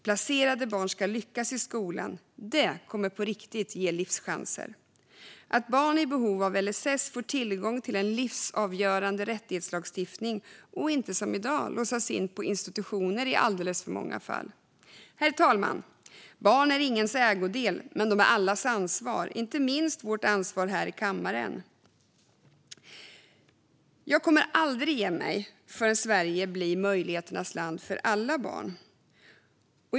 Placerade barn ska lyckas i skolan. Det kommer på riktigt att ge livschanser. Barn i behov av LSS ska få tillgång till en livsavgörande rättighetslagstiftning och inte, som i dag, låsas in på institutioner, vilket sker i alldeles för många fall. Herr talman! Barn är ingens ägodel, men de är allas ansvar, inte minst vårt ansvar här i kammaren. Jag kommer aldrig att ge mig förrän Sverige blir möjligheternas land för alla barn.